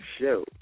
show